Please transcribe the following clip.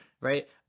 right